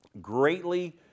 greatly